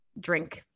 drink